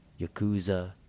Yakuza